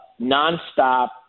nonstop